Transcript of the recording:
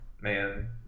Man